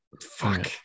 Fuck